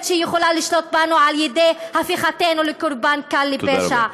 שהיא יכולה לשלוט בנו על ידי הפיכתנו קורבן קל לפשע.